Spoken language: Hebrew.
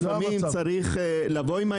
לפעמים צריך לבוא עם האידיאולוגיה,